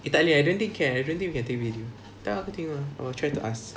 eh tak boleh I didn't think can I don't think you can take video entah I will try to ask